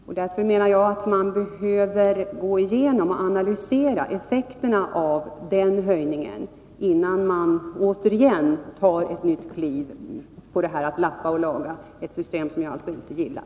Jag anser därför att man behöver gå igenom och analysera effekterna av denna ändring, innan det igen tas ett nytt kliv att lappa och laga i gällande antagningssystem — något som jag inte gillar.